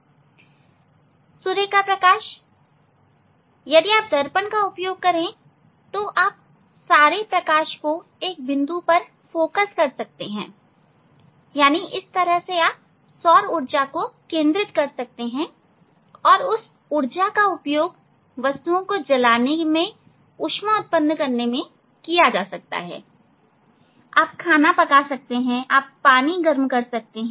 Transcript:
सूर्य का प्रकाश यदि आप दर्पण का उपयोग करें तो आप सारे प्रकाश को एक बिंदु पर केंद्रित कर सकते हैं तो इस तरह आप सौर ऊर्जा को केंद्रित कर सकते हैं और वह ऊर्जा वस्तुओं को जलाने उष्मा उत्पन्न करने के लिए उपयोग में लाई जा सकती है आप खाना पका सकते हैं आप पानी गर्म कर सकते हैं